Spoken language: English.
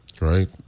right